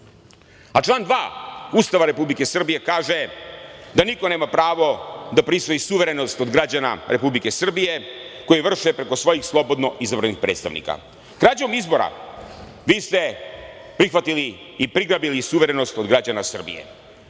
2. Ustava Republike Srbije kaže da niko nema pravo da prisvoji suverenost od građana Republike Srbije koji vrše preko svojih slobodno izabranih predstavnika. Krađom izbora vi ste prihvatili i prigrabili suverenost od građana Srbije.